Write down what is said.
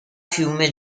fiume